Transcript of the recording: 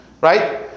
Right